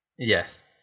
Yes